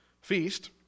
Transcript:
feast